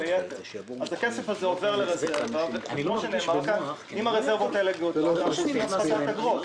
אז הכסף הזה עובר לרזרבה ואם הרזרבות גדלות אז אנחנו עושים הפחתת אגרות.